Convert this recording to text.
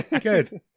Good